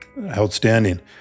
Outstanding